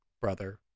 brother